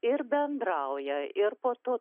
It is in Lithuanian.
ir bendrauja ir po to